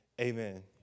Amen